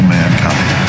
mankind